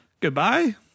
Goodbye